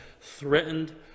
threatened